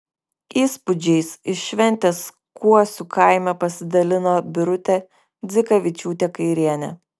įspūdžiais iš šventės kuosių kaime pasidalino birutė dzikavičiūtė kairienė